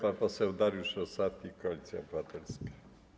Pan poseł Dariusz Rosati, Koalicja Obywatelska.